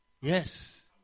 Yes